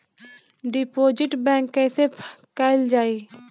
Deposit बंद कैसे कैल जाइ?